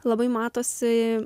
labai matosi